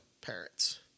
parents